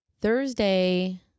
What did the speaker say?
Thursday